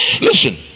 Listen